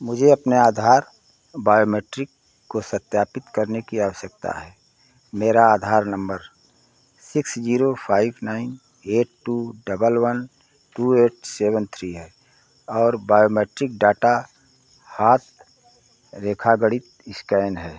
मुझे अपने आधार बायोमेट्रिक को सत्यापित करने की आवश्यकता है मेरा Aadhaar number six zero five nine eight two double one two eight seven three है और बायोमेट्रिक डाटा हाथ रेखागणित इस्कैन है